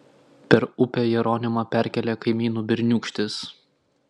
per upę jeronimą perkėlė kaimynų berniūkštis